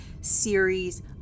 series